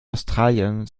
australien